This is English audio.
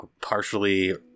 partially